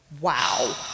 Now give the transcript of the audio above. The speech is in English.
wow